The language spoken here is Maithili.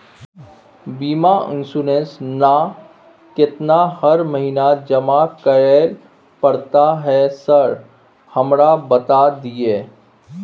बीमा इन्सुरेंस ना केतना हर महीना जमा करैले पड़ता है सर हमरा बता दिय?